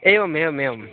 एवम् एवम् एवम्